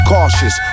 Cautious